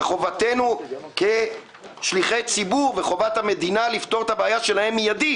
שחובתנו כשליחי ציבור וחובת המדינה לפתור את הבעיה שלהם מיידית